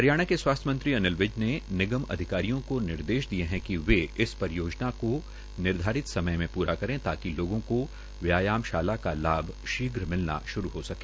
हरियाणा के स्वास्थ्य मंत्री अनिल विज ने निगम अधिकारियों को निर्देश दिये है कि वे इस परियोजना का निर्धारित समय मे पूरा करे ताकि लोगों को व्यायामशाला का लाभ शीघ्र मिलना शुरू हो सके